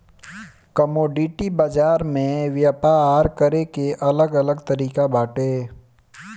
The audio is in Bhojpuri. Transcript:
कमोडिटी बाजार में व्यापार करे के अलग अलग तरिका बाटे